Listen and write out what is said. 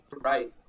right